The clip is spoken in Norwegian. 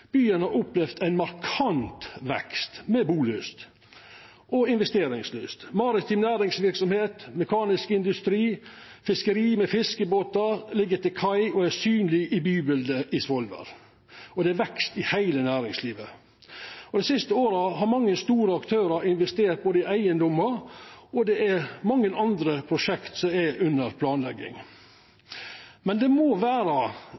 markant vekst, med bulyst og investeringslyst. Det er maritim næringsverksemd, mekanisk industri og fiskeri, med fiskebåtar som ligg til kai og er synlege i bybildet i Svolvær, og det er vekst i heile næringslivet. Dei siste åra har mange store aktørar investert i eigedomar, og det er mange andre prosjekt som er under planlegging. Det må likevel vera